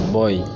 boy